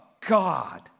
God